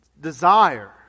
desire